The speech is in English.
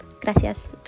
Gracias